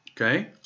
Okay